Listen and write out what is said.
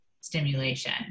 stimulation